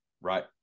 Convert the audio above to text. right